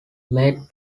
made